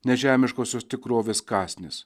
nežemiškosios tikrovės kąsnis